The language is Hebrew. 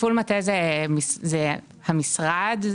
זה המשרד.